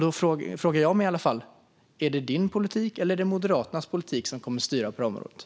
Då frågar i alla fall jag mig: Är det Julia Kronlids politik eller är det Moderaternas politik som kommer att styra på det här området?